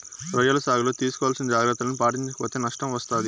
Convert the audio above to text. రొయ్యల సాగులో తీసుకోవాల్సిన జాగ్రత్తలను పాటించక పోతే నష్టం వస్తాది